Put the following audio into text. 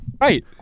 Right